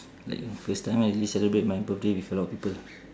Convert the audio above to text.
like my first time I really celebrate my birthday with a lot of people